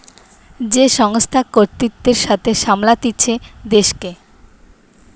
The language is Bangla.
যে সংস্থা কর্তৃত্বের সাথে সামলাতিছে দেশকে